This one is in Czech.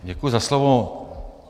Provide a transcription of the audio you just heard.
Děkuji za slovo.